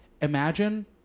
Imagine